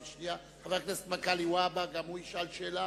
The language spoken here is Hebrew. חבר הכנסת מגלי והבה גם הוא ישאל שאלה.